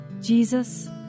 Jesus